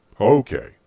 Okay